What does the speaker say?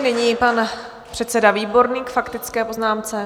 Nyní pan předseda Výborný k faktické poznámce.